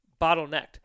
bottlenecked